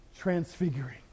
transfiguring